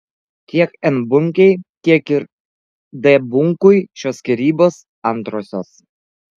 tiek n bunkei tiek ir d bunkui šios skyrybos antrosios